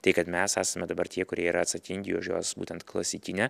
tai kad mes esame dabar tie kurie yra atsakingi už juos būtent klasikinę